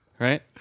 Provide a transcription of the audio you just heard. Right